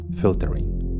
filtering